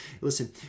listen